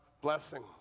blessing